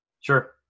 Sure